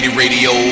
radio